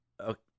Okay